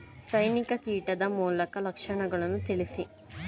ಸೈನಿಕ ಕೀಟದ ಪ್ರಮುಖ ಲಕ್ಷಣಗಳನ್ನು ತಿಳಿಸಿ?